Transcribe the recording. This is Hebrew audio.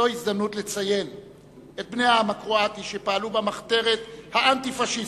זו הזדמנות לציין את בני העם הקרואטי שפעלו במחתרת האנטי-פאשיסטית,